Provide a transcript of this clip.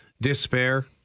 despair